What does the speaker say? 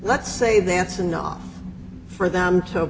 let's say that's enough for them to